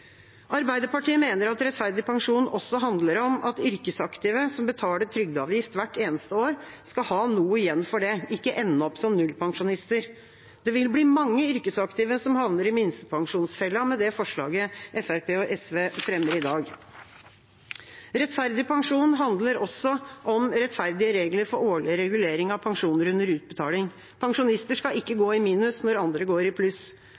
Arbeiderpartiet mener at rettferdig pensjon også handler om at yrkesaktive som betaler trygdeavgift hvert eneste år, skal ha noe igjen for det og ikke ende opp som null-pensjonister. Det vil bli mange yrkesaktive som havner i minstepensjonsfella med det forslaget Fremskrittspartiet og SV fremmer i dag. Rettferdig pensjon handler også om rettferdige regler for årlig regulering av pensjoner under utbetaling. Pensjonister skal ikke gå i minus når andre går i pluss.